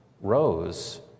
rose